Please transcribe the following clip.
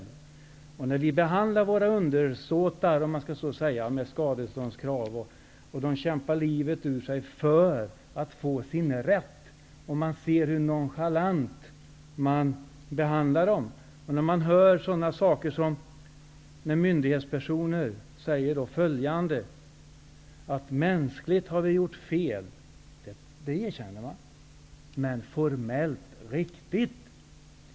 Vi behandlar våra undersåtar med skadeståndskrav, och de kämpar livet ur sig för att få sin rätt. Man ser hur nonchalant vi behandlar dem. Man kan höra myndighetspersoner säga följande: ''Mänskligt har vi gjort fel'' -- det erkänner man alltså -- ''men formellt riktigt''.